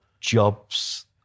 jobs